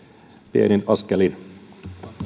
pienin askelin